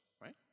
right